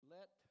Let